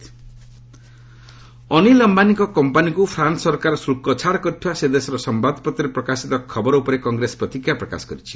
Congress Rafale Anil ଅମ୍ଘାନୀଙ୍କ କମ୍ପାନୀକ୍ France ସରକାର ଶ୍ରଳ୍କ ଛାଡ଼ କରିଥିବା ସେ ଦେଶର ସମ୍ଘାଦପତ୍ରରେ ପ୍ରକାଶିତ ଖବର ଉପରେ କଂଗ୍ରେସ ପ୍ରତିକ୍ରିୟା ପ୍ରକାଶ କରିଛି